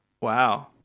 Wow